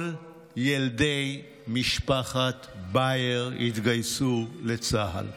כל ילדי משפחת באייר התגייסו לצה"ל.